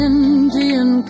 Indian